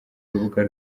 rubuga